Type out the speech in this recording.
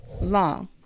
long